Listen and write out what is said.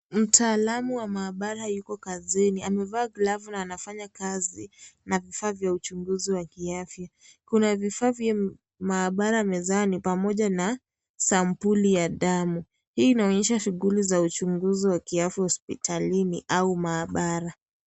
Mtaalamu wa maabara yuko kazini, amevaa glavu na anafanya kazi na vifaa vya uchunguzi wa kiafya, kuna vifaa vya maabara mezani pamoja na, sampuli ya damu, hii inaonyesha shuguli za uchunguzi wa kiafya hospitalini au maabara.